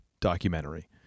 documentary